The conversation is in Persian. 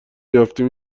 یافتیم